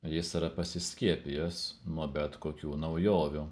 jis yra pasiskiepijęs nuo bet kokių naujovių